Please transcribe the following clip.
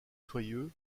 soyeux